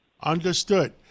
Understood